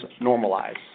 normalize